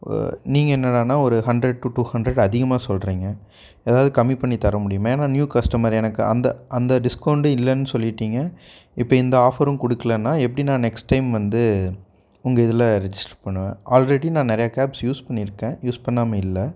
நீங்கள் என்னடான்னா ஒரு ஹண்ட்ரட் டு டூ ஹண்ட்ரட் அதிகமாக சொல்கிறீங்க எதாவது கம்மி பண்ணி தர முடியுமா ஏன்னால் நியூ கஸ்டமர் எனக்கு அந்த அந்த டிஸ்கவுண்டும் இல்லைன் சொல்லிகிட்டீங்க இப்போ இந்த ஆஃபரும் கொடுக்கலன்னா எப்படி நான் நெக்ஸ்ட் டைம் வந்து உங்கள் இதில் ரிஜிஸ்ட்ரு பண்ணுவேன் ஆல்ரெடி நான் நிறைய கேப்ஸ் யூஸ் பண்ணியிருக்கேன் யூஸ் பண்ணாமல் இல்லை